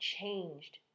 changed